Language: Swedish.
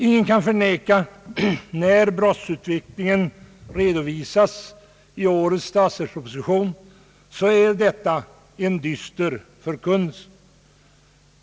Ingen kan förneka att när brottsutvecklingen redovisas i årets statsverksproposition, så är detta en dyster förkunnelse.